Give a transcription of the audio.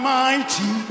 mighty